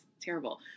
terrible